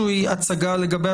אף אחד לא אומר הצגה של סעיף-סעיף.